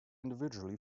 individually